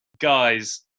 Guys